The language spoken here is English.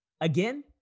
Again